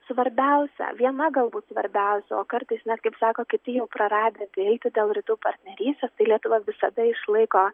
svarbiausia viena galbūt svarbiausių o kartais net kaip sako kiti jau praradę viltį dėl rytų partnerystės tai lietuva visada išlaiko